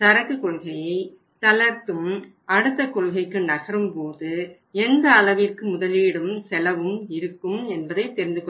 சரக்கு கொள்கையை தளர்த்தும் அடுத்த கொள்கைக்கு நகரும்போது எந்த அளவிற்கு முதலீடும் செலவும் இருக்கும் என்பதை தெரிந்துகொள்ள வேண்டும்